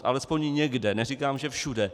Alespoň někde, neříkám, že všude.